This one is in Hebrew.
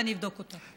ואני אבדוק אותה.